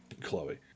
Chloe